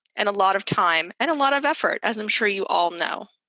and a lot of time, and a lot of effort, as i'm sure you all know.